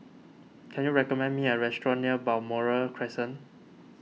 can you recommend me a restaurant near Balmoral Crescent